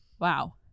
wow